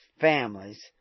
families